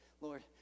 Lord